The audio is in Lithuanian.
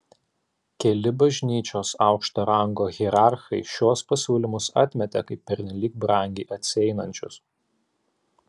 keli bažnyčios aukšto rango hierarchai šiuos pasiūlymus atmetė kaip pernelyg brangiai atsieinančius